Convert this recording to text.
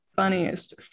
Funniest